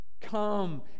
come